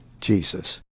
Jesus